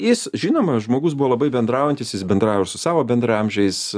jis žinoma žmogus buvo labai bendraujantis jis bendrauvo ir su savo bendraamžiais